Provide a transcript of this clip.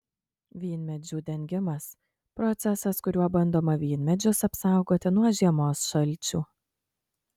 vynmedžių dengimas procesas kuriuo bandoma vynmedžius apsaugoti nuo žiemos šalčių